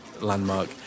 landmark